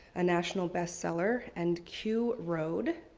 a national best seller, and q road.